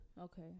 Okay